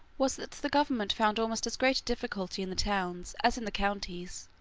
was that the government found almost as great difficulty in the towns as in the counties.